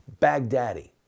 Baghdadi